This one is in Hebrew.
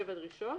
דרישות.